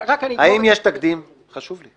חשוב לי.